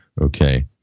Okay